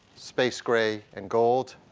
space gray and gold,